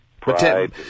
pride